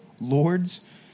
lords